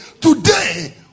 today